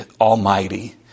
Almighty